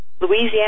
Louisiana